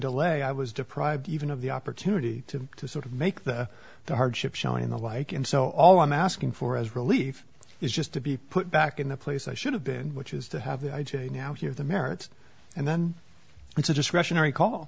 delay i was deprived even of the opportunity to to sort of make the hardship showing the like and so all i'm asking for as relief is just to be put back in the place i should have been which is to have the i j a now hear the merits and then it's a discretionary call